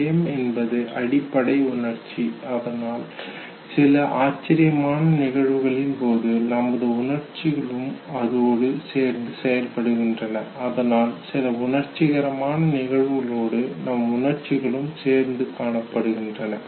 ஆச்சரியம் என்பது அடிப்படையான உணர்ச்சி அதனால் சில ஆச்சரியமான நிகழ்வுகளின் போது நமது உணர்ச்சிகளும் அதோடு சேர்ந்து செயல்படுகின்றன அதனால் சில உணர்ச்சிகரமான நிகழ்வுகளோடு நமது உணர்ச்சிகளும் சேர்ந்து காணப்படுகின்றன